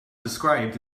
described